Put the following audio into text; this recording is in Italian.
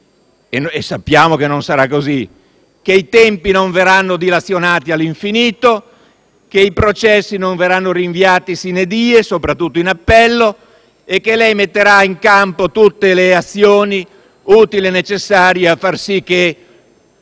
(e sappiamo che non sarà così) che i tempi non verranno dilazionati all'infinito, che i processi non verranno rinviati *sine die*, soprattutto in appello, e che lei metterà in campo tutte le azioni utili e necessarie a far sì che